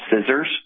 scissors